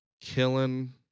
Killing